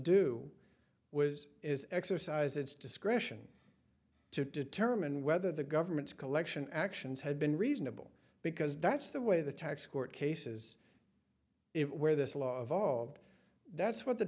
do was is exercise its discretion to determine whether the government's collection actions had been reasonable because that's the way the tax court cases it where this law evolved that's what the